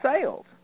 sales